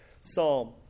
psalm